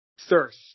thirst